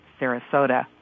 Sarasota